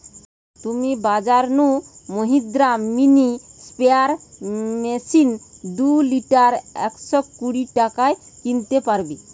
তুমি বাজর নু মহিন্দ্রা মিনি স্প্রেয়ার মেশিন দুই লিটার একশ কুড়ি টাকায় কিনতে পারবে